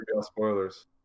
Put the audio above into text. Spoilers